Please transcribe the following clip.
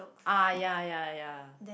ah ya ya ya